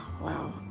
wow